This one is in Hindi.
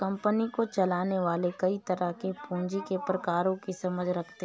कंपनी को चलाने वाले कई तरह के पूँजी के प्रकारों की समझ रखते हैं